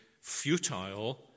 futile